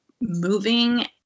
moving